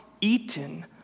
eaten